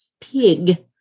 pig